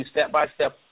step-by-step